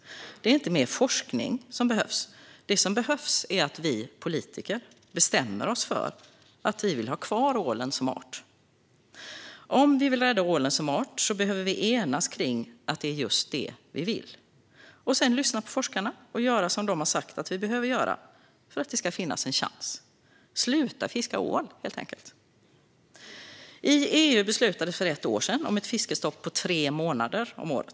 Det är inte mer forskning som behövs, det som behövs är att vi politiker bestämmer oss för att vi vill ha kvar ålen som art. Om vi vill rädda ålen som art så behöver vi enas kring att det är just det vi vill och sedan lyssna på forskarna och göra som de har sagt för att det ska finnas en chans. Sluta fiska ål, helt enkelt! I EU beslutades det för ett år sedan om ett fiskestopp på tre månader om året.